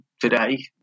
today